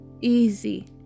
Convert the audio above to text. easy